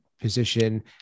position